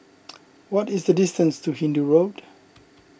what is the distance to Hindoo Road